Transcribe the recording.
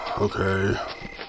Okay